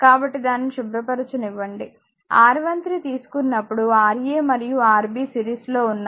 కాబట్టి దానిని శుభ్రపరచనివ్వండి R13 తీసుకున్నప్పుడు Ra మరియు Rb సిరీస్ లో ఉన్నాయి